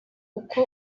uko